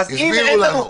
בנוסף,